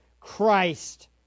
Christ